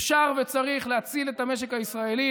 אפשר וצריך להציל את המשק הישראלי,